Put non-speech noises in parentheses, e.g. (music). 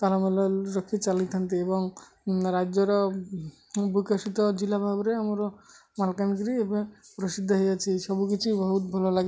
(unintelligible) ରଖି ଚାଲିଥାନ୍ତି ଏବଂ ରାଜ୍ୟର ବକଶିତ ଜିଲ୍ଲା ଭାବରେ ଆମର ମାଲକାନଗିରି ଏବେ ପ୍ରସିଦ୍ଧ ହେଇଅଛି ସବୁକିଛି ବହୁତ ଭଲ ଲାଗେ